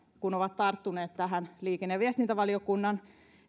kun se on tarttunut tähän liikenne ja viestintävaliokunnan